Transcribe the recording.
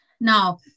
Now